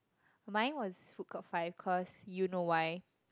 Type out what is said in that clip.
mine was food court five because you know why